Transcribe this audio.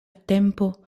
tempo